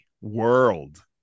world